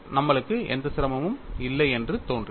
நம்மளுக்கு எந்த சிரமமும் இல்லை என்று தோன்றியது